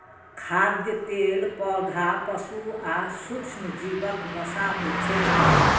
खाद्य तेल पौधा, पशु आ सूक्ष्मजीवक वसा होइ छै